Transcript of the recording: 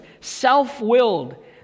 self-willed